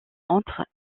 entre